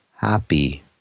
happy